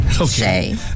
Okay